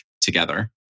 together